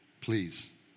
please